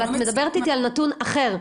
אבל יש לך לא מחוסנים.